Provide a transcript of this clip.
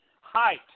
height